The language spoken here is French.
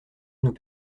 nous